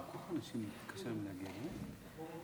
אנשים, קשה להם להגיע, באמת.